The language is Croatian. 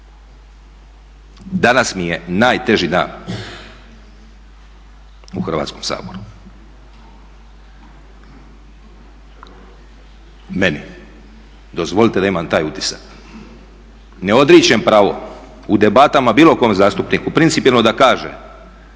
Danas mi je najteži dan u Hrvatskom saboru, meni. Dozvolite da imam taj utisak. Ne odričem pravo u debatama bilo kom zastupniku principijelno da kaže